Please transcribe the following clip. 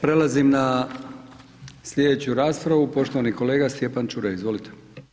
Prelazim na sljedeću raspravu, poštovani kolega Stjepan Čuraj, izvolite.